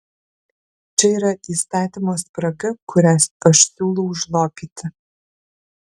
čia yra įstatymo spraga kurią aš siūlau užlopyti